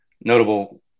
notable